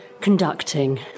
conducting